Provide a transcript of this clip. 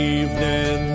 evening